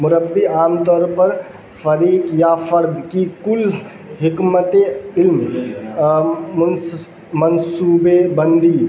مربی عام طور پر فریق یا فرد کی کل حکمت علم منصوبے بندی